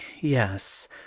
yes